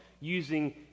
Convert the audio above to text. using